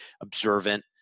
observant